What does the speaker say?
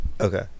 Okay